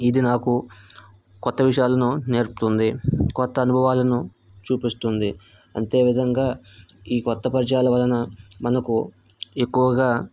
ఇది నాకు కొత్త విషయాలను నేర్పుతుంది కొత్త అనుభవాలను చూపిస్తుంది అంతేవిధంగా ఈ కొత్త పరిచయాల వలన మనకు ఎక్కువగా